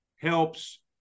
helps